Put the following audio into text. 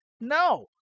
No